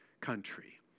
country